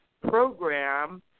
program